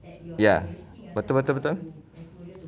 ya betul betul betul